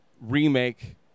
remake